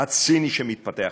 הציני שמתפתח בכנסת.